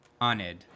honored